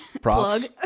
Props